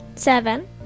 Seven